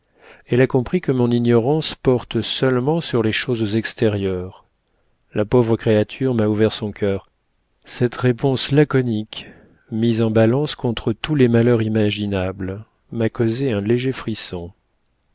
elle a compris que mon ignorance porte seulement sur les choses extérieures la pauvre créature m'a ouvert son cœur cette réponse laconique mise en balance contre tous les malheurs imaginables m'a causé un léger frisson